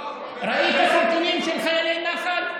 ראית סרטונים של חיילי נח"ל?